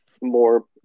more